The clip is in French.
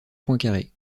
poincaré